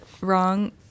wrong